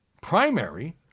primary